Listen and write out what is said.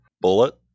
Bullet